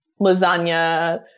lasagna